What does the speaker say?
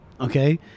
Okay